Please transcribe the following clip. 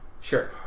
Sure